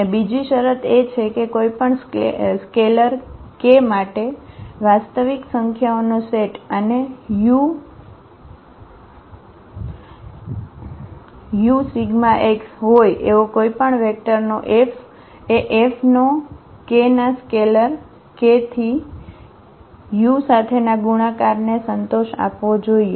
અને બીજી શરત એ છે કે કોઈ પણ સ્કેલર k માટે વાસ્તવિક સંખ્યાઓનો સેટ અને u∈X હોય એવો કોઈપણ વેક્ટરનો F એ F નો k ના સ્કેલર k થી u સાથેના ગુણાકાર ને સંતોષ આપવો જોઈએ